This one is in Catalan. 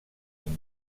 amb